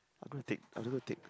I'm gonna take I'm gonna take